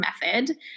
method